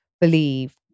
believe